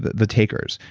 the the takers.